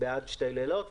עד שני לילות,